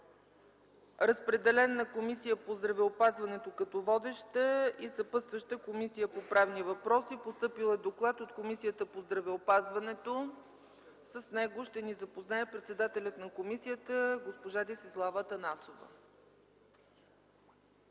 Разпределен е на Комисията по здравеопазването като водеща и на съпътстваща – Комисията по правни въпроси. Постъпил е доклад от Комисията по здравеопазването. С него ще ни запознае председателят на комисията, госпожа Десислава Атанасова.